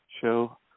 show